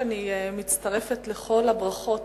אני מצטרפת לכל הברכות